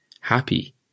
happy